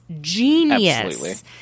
genius